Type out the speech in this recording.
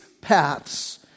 paths